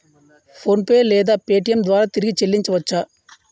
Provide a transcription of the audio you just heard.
PhonePe లేదా Paytm ద్వారా తిరిగి చల్లించవచ్చ?